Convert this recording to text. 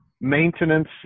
maintenance